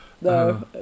No